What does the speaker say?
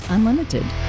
Unlimited